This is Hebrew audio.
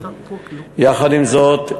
יחד עם זאת,